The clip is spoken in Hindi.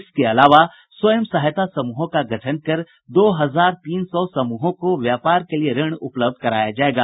इसके अलावा स्वयं सहायता समूहों का गठन कर दो हजार तीन सौ समूहों को व्यापार के लिए ऋण उपलब्ध कराया जायेगा